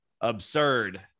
absurd